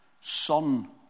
son